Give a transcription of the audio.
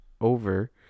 over